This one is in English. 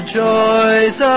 joys